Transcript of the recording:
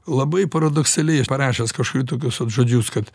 labai paradoksaliai parašęs kažkur tokius vat žodžius kad